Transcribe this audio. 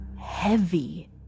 heavy